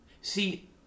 See